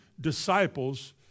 disciples